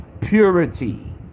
purity